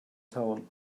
town